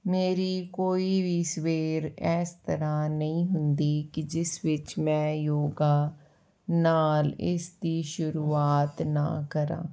ਮੇਰੀ ਕੋਈ ਵੀ ਸਵੇਰ ਇਸ ਤਰ੍ਹਾਂ ਨਹੀਂ ਹੁੰਦੀ ਕਿ ਜਿਸ ਵਿੱਚ ਮੈਂ ਯੋਗਾ ਨਾਲ ਇਸ ਦੀ ਸ਼ੁਰੂਆਤ ਨਾ ਕਰਾਂ